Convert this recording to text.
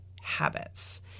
habits